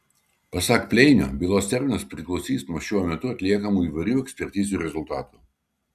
pasak pleinio bylos terminas priklausys nuo šiuo metu atliekamų įvairių ekspertizių rezultatų